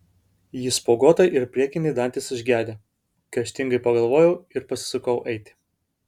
ji spuoguota ir priekiniai dantys išgedę kerštingai pagalvojau ir pasisukau eiti